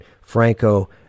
franco